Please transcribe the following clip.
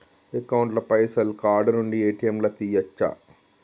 Account ల పైసల్ card నుండి ఏ.టి.ఎమ్ లా తియ్యచ్చా?